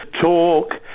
talk